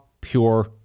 pure